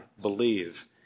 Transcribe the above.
believe